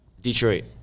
Detroit